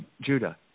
Judah